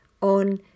on